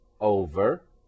over